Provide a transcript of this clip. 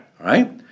right